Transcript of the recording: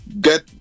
get